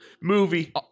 movie